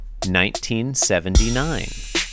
1979